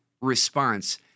response